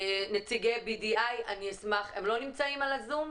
נציג BDI. שלום.